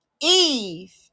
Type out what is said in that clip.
Eve